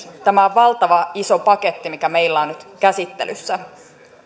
tämä on valtava iso paketti mikä meillä on nyt käsittelyssä